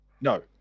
No